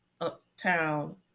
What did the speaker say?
uptown